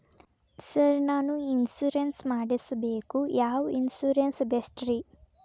Sir ನಾನು insurance ಮಾಡಿಸಬೇಕು ಯಾವ ಇನ್ಶೂರೆನ್ಸ್ ಬೆಸ್ಟ್ರಿ?